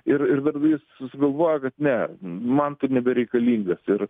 ir ir dar vis sugalvojo kad ne man tu nebereikalingas ir